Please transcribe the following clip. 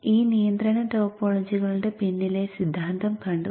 ഈ നിയന്ത്രണ ടോപ്പോളജികളുടെ പിന്നിലെ സിദ്ധാന്തം കണ്ടു